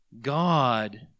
God